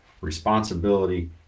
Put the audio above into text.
responsibility